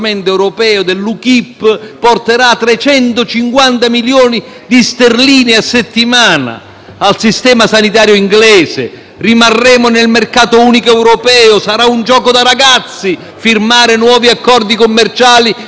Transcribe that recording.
al sistema sanitario inglese; rimarremo nel mercato unico europeo e sarà un gioco da ragazzi firmare nuovi accordi commerciali con tutti i *partner* del mondo. Falso, tutto falso